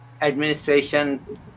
administration